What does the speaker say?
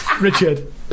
Richard